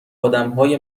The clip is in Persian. آدمهای